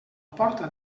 porta